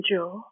Joe